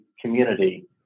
community